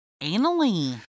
anally